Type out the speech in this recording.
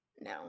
No